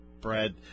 Brad